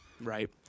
right